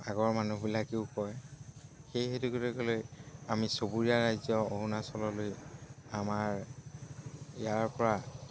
আগৰ মানুহবিলাকেও কয় সেই আমি চুবুৰীয়া ৰাজ্য অৰুণাচললৈ আমাৰ ইয়াৰ পৰা